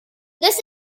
this